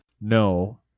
No